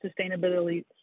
sustainability